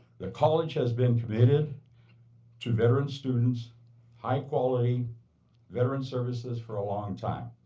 the college has been committed to veteran students high-quality veterans services for a long time.